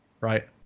right